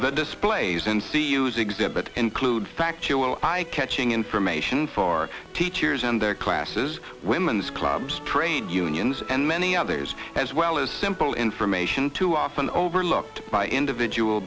the displays and see use exhibit include factual eye catching information for teachers and their classes women's clubs trade unions and many others as well as simple information too often overlooked by individual